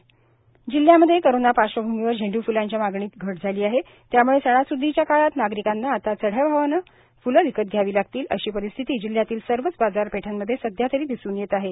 झेंडू शेती प्रभावीत ब्लढाणा जिल्ह्यामध्ये करोंना पार्श्वभूमीवर झेंडू फ्लांच्या मागणीत घट झाली आहे त्याम्ळे सणास्दीच्या काळात नागरिकांना आता भावाने विकत घ्यावी लागतील अशी परिस्थिती जिल्ह्यातील सर्वच बाजारपेठांमध्ये सध्यातरी दिसून येत आहे